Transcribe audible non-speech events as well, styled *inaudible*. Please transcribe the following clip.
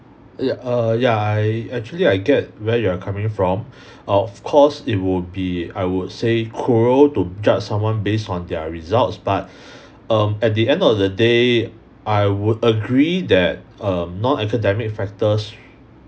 ya err ya I actually I get where you are coming from *breath* of course it would be I would say cruel to judge someone based on their results but *breath* um at the end of the day I would agree that um non-academic factors